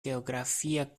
geografia